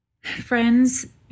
Friends